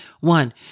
One